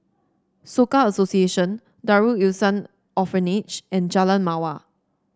Soka Association Darul Ihsan Orphanage and Jalan Mawar